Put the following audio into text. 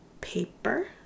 paper